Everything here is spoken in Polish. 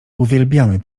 uwielbiamy